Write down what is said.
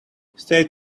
stay